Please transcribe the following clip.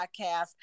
podcast